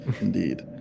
Indeed